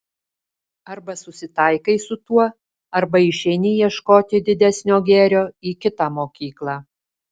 arba susitaikai su tuo arba išeini ieškoti didesnio gėrio į kitą mokyklą